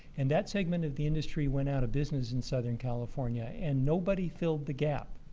and that segment of the industry went out of business in southern california, and nobody filled the gap.